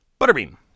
Butterbean